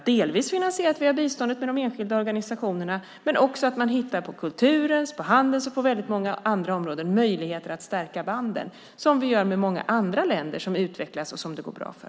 Det kan delvis finansieras via biståndet genom de enskilda organisationer, men man kan också hitta möjligheter att stärka banden på kulturens område, på handelsområdet och på väldigt många andra områden. Det gör vi också med många andra länder som utvecklas och som det går bra för.